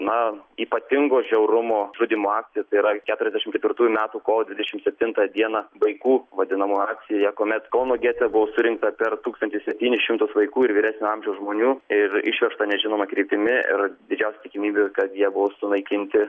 na ypatingo žiaurumo žudymo akcija tai yra keturiasdešim ketvirtųjų metų kovo dvidešim septintą dieną vaikų vadinamoji akcija kuomet kauno gete buvo surinkta per tūkstantį septynis šimtus vaikų ir vyresnio amžiaus žmonių ir išvežta nežinoma kryptimi ir didžiausia tikimybė kad jie buvo sunaikinti